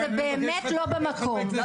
זה באמת לא במקום.